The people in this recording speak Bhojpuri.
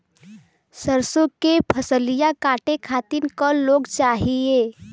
सरसो के फसलिया कांटे खातिन क लोग चाहिए?